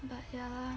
but ya lah